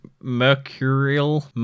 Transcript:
Mercurial